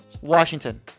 Washington